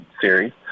series